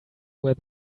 where